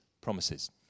promises